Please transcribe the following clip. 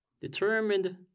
Determined